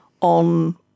on